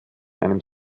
einem